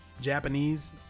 japanese